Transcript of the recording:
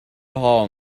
all